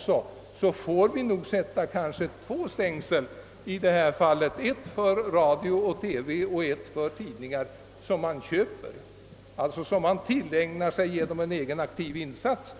TV får vi nog sätta upp två stängsel: ett för radio och TV och ett för skrifter som man köper, d. v. s. tillägnar sig genom en egen aktiv insats.